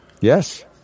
Yes